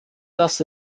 das